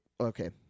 Okay